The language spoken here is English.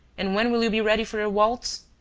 and when will you be ready for a waltz?